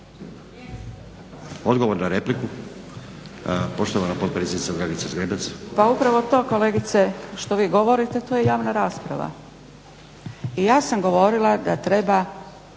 Odgovor na repliku poštovana potpredsjednica Dragica Zgrebec. **Zgrebec, Dragica (SDP)** Pa upravo to kolegice što vi govorite to je javna rasprava. I ja sam govorila da treba